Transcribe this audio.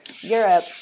Europe